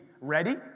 ready